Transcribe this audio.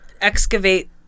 excavate